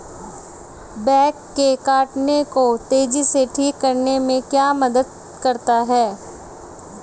Bug के काटने को तेजी से ठीक करने में क्या मदद करता है?